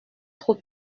trop